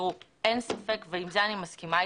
אין ספק, ועם זה אני מסכימה,